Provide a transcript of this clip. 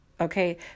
okay